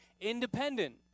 independent